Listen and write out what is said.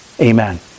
Amen